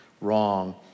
wrong